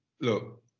look